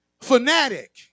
fanatic